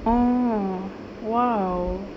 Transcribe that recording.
oh !wow!